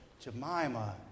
Jemima